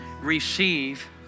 receive